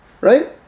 Right